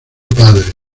padre